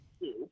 two